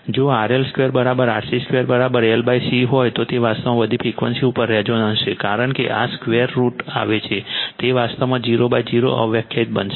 જો RL2RC2 LC હોય તો તે વાસ્તવમાં બધી ફ્રિક્વન્સી ઉપર રેઝોનન્સ છે કારણ કે આ સ્કવેર રુટ આવે છે તે વાસ્તવમાં 00 અવ્યાખ્યાયિત બનશે